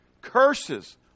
curses